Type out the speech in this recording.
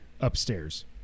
upstairs